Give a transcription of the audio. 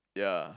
ya